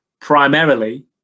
primarily